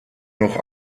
noch